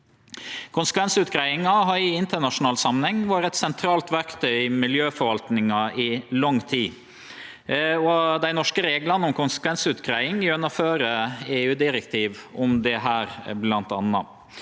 Konsekvensutgreiingar har i internasjonal samanheng vore eit sentralt verktøy i miljøforvaltninga i lang tid. Dei norske reglane om konsekvensutgreiing gjennomfører EU-direktiv om dette,